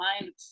mind